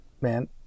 man